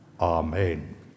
Amen